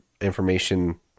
information